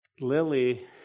Lily